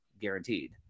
guaranteed